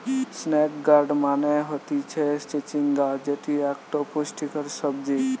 snake gourd মানে হতিছে চিচিঙ্গা যেটি একটো পুষ্টিকর সবজি